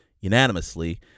unanimously